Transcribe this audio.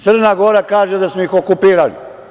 Crna Gora kaže da smo ih okupirali.